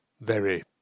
Very